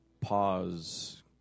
pause